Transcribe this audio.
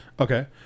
Okay